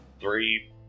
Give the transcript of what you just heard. Three